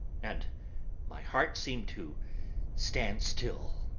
and my heart seemed to stand still.